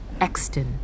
Exton